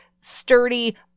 sturdy